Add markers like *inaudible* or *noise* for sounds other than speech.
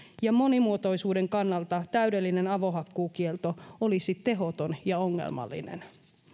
ja monimuotoisuuden kannalta täydellinen avohakkuukielto olisi tehoton *unintelligible* ja ongelmallinen